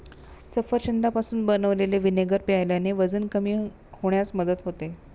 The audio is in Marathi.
सफरचंदापासून बनवलेले व्हिनेगर प्यायल्याने वजन कमी होण्यास मदत होते